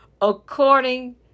According